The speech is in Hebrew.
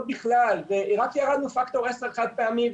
בכלל ורק ירדנו לפקטור 10 חד-פעמי,